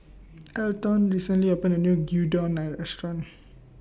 Elton recently opened A New Gyudon Restaurant